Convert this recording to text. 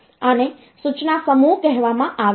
આને સૂચના સમૂહ કહેવામાં આવે છે